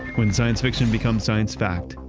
when science fiction becomes science fact,